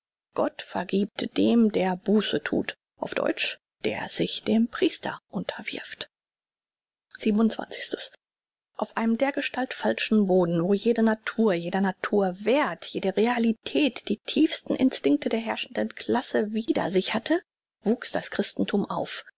gott vergiebt dem der buße thut auf deutsch der sich dem priester unterwirft auf einem dergestalt falschen boden wo jede natur jeder naturwerth jede realität die tiefsten instinkte der herrschenden klasse wider sich hatte wuchs das christenthum auf